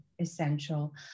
essential